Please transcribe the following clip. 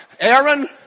Aaron